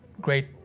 great